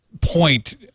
point